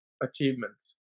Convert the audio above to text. achievements